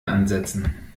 ansetzen